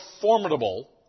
formidable